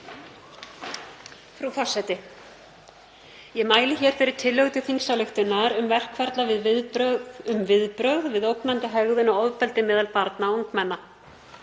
Frú forseti. Ég mæli hér fyrir tillögu til þingsályktunar um verkferla um viðbrögð við ógnandi hegðun og ofbeldi meðal barna og ungmenna.